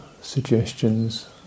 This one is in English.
suggestions